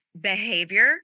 behavior